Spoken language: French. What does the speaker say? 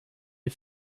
les